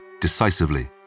decisively